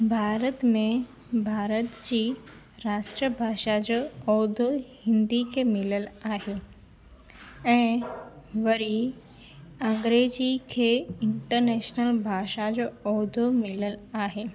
भारत में भारत जी राष्ट्रभाषा जो उहिदो हिंदी खे मिलियल आहे ऐं वरी अंग्रेजी खे इंटरनेशनल भाषा जो उहिदो मिलियल आहे